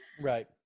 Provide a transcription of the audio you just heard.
Right